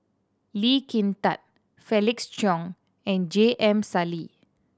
Lee Kin Tat Felix Cheong and J M Sali